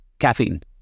caffeine